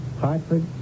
Hartford